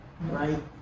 right